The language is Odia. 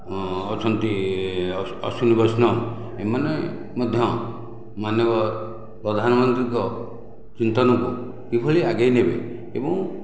ଅଛନ୍ତି ଅଶ୍ଵିନୀ ବୈଷ୍ଣବ ଏମାନେ ମଧ୍ୟ ମାନ୍ୟବର ପ୍ରଧାନ ମନ୍ତ୍ରୀଙ୍କ ଚିନ୍ତନକୁ କିଭଳି ଆଗେଇନେବେ ଏବଂ